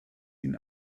ihn